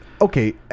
Okay